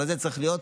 אבל זה צריך להיות.